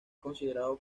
considerado